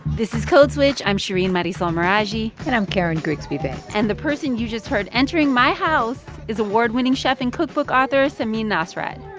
this is code switch. i'm shereen marisol meraji and i'm karen grigsby bates and the person you just heard entering my house is award-winning chef and cookbook author samin nosrat